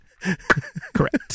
Correct